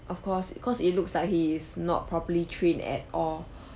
of course cause it looks like he is not properly trained at all